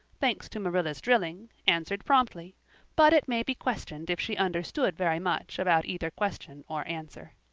thanks to marilla's drilling, answered promptly but it may be questioned if she understood very much about either question or answer.